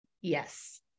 Yes